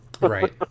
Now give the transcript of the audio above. Right